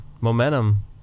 momentum